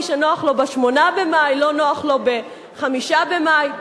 מי שנוח לו ב-8 במאי לא נוח לו ב-5 במאי,